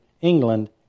England